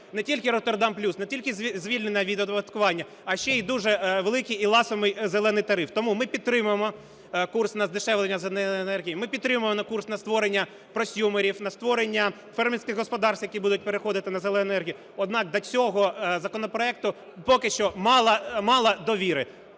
не тільки "Роттердам плюс", не тільки звільнення від оподаткування, а ще й дуже великий і ласий "зелений" тариф. Тому ми підтримуємо курс на здешевлення "зеленої" енергії, ми підтримуємо курс на створення просьюмерів, на створення фермерських господарств, які будуть переходити на "зелену" енергію, однак до цього законопроекту поки що мало, мало довіри.